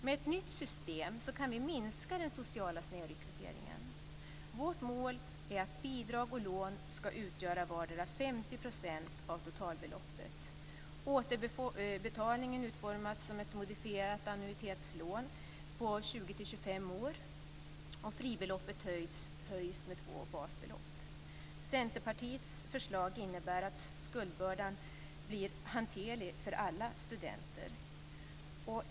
Med ett nytt system kan vi minska den sociala snedrekryteringen. Vårt mål är att bidrag och lån ska utgöra vardera 50 % av totalbeloppet. Återbetalningen bör utformas som ett modifierat annuitetslån på 20-25 år och fribeloppet bör höjas med två basbelopp. Centerpartiets förslag innebär att skuldbördan blir hanterlig för alla studenter.